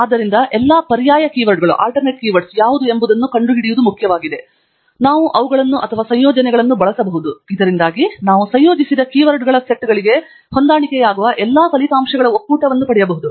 ಆದ್ದರಿಂದ ಎಲ್ಲ ಪರ್ಯಾಯ ಕೀವರ್ಡ್ಗಳು ಯಾವುವು ಎಂಬುದನ್ನು ಕಂಡುಹಿಡಿಯಲು ಅದರ ಮುಖ್ಯವಾದದ್ದು ಆದ್ದರಿಂದ ನಾವು ಅವುಗಳನ್ನು ಅಥವಾ ಸಂಯೋಜನೆಯನ್ನು ಬಳಸಿಕೊಳ್ಳಬಹುದು ಇದರಿಂದಾಗಿ ನಾವು ಸಂಯೋಜಿಸಿದ ಕೀವರ್ಡ್ಗಳ ಸೆಟ್ಗಳಿಗೆ ಹೊಂದಾಣಿಕೆಯಾಗುವ ಎಲ್ಲ ಫಲಿತಾಂಶಗಳ ಒಕ್ಕೂಟವನ್ನು ಪಡೆಯಬಹುದು